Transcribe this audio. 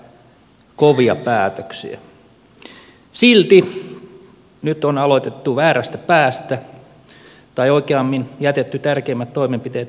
silti nyt on aloitettu väärästä päästä tai oikeammin jätetty tärkeimmät toimenpiteet tekemättä